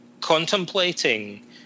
contemplating